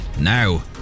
now